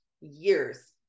years